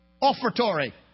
offertory